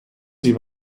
sie